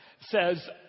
says